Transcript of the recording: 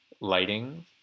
lighting